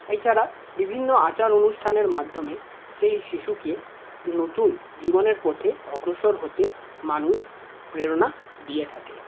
এছাড়া বিভিন্ন আচার অনুষ্ঠানের মাধ্যমে সেই শিশুকে নতুন জীবনের পথে অগ্রসর হতে মানুষ প্রেরণা দিয়ে থাকে